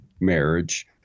marriage